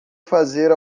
fazer